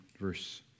verse